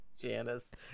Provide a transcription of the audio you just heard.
Janice